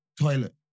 toilet